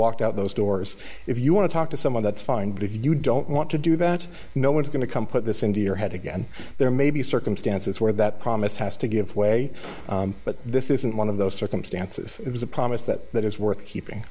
walked out those doors if you want to talk to someone that's fine but if you don't want to do that no one's going to come put this into your head again there may be circumstances where that promise has to give way but this isn't one of those circumstances it was a promise that that is worth keeping